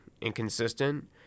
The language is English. inconsistent